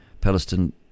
Palestine